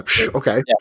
okay